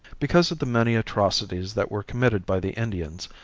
because of the many atrocities that were committed by the indians,